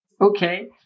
Okay